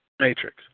matrix